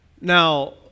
Now